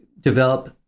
develop